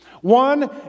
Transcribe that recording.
One